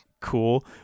cool